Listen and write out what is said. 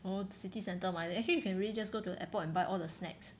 oh city centre 买 actually you can really just go to the airport and buy all the snacks